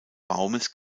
baumes